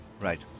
Right